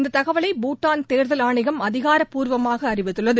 இந்த தகவலை பூடான் தேர்தல் ஆணையம் அதிகாரப்பூர்வமாக அறிவித்துள்ளது